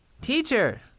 Teacher